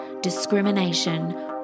discrimination